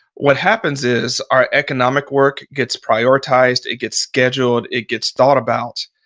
what happens is our economic work gets prioritized. it gets scheduled, it gets thought about.